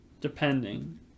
depending